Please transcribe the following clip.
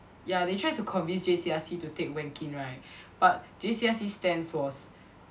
ya they tried to convince J_C_R_C to take Wen Kin right but J_C_R_C stance was